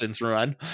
run